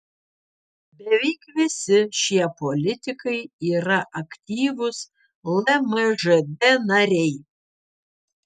beveik visi šie politikai yra aktyvūs lmžd nariai